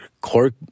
Cork